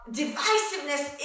divisiveness